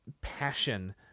passion